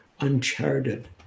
uncharted